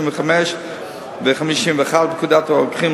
35 ו-51 לפקודת הרוקחים,